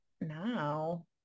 now